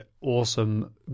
awesome